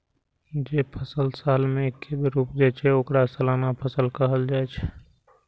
जे फसल साल मे एके बेर उपजै छै, ओकरा सालाना फसल कहल जाइ छै